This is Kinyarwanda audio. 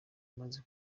maze